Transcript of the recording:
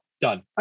done